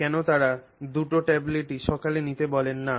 কেন তারা দুটি ট্যাবলেটই সকালে নিতে বলেন না